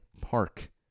Park